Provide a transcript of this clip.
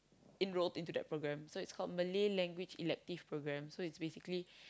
enrol into that program so it's called Malay language elective programme so it's basically